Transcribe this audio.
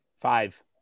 Five